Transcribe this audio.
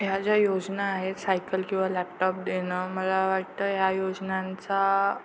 ह्या ज्या योजना आहेत सायकल किंवा लॅपटॉप देणं मला वाटतं ह्या योजनांचा